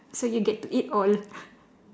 so you get to eat all